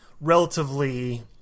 relatively